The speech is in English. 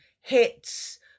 hits